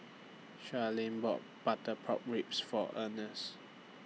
Sharlene bought Butter Pork Ribs For Earnest